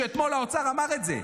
אתמול האוצר אמר את זה.